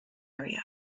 area